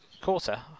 Quarter